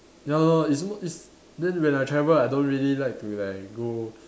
ya lor it's m~ it's then when I travel I don't really like to like go